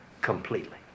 completely